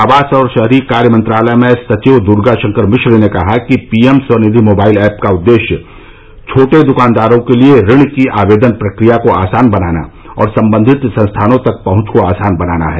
आवास और शहरी कार्य मंत्रालय में सचिव दुर्गा शंकर मिश्र ने कहा कि पीएम स्वनिधि मोबाइल ऐप का उद्देश्य छोटे दुकानदारों के लिए ऋण की आवेदन प्रक्रिया को आसान बनाना और संबंधित संस्थानों तक पहुंच को आसान बनाना है